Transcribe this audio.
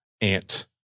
ant